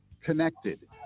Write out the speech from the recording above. connected